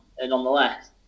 nonetheless